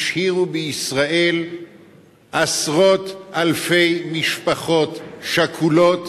השאירו בישראל עשרות אלפי משפחות שכולות,